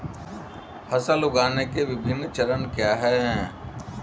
फसल उगाने के विभिन्न चरण क्या हैं?